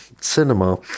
cinema